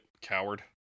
coward